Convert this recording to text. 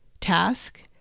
task